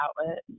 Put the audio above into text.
outlet